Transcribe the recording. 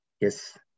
yes